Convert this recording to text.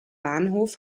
bahnhof